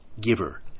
Giver